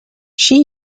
she